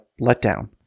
letdown